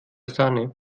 sahne